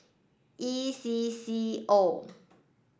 E C C O